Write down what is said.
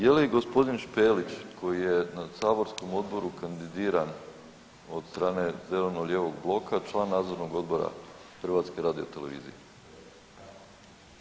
Je li gospodin Špelić koji je na saborskom odboru kandidiran od strane zeleno-lijevog bloka, član Nadzornog odbora HRT-a?